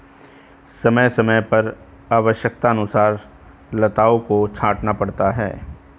समय समय पर आवश्यकतानुसार लताओं को छांटना पड़ता है